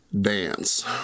dance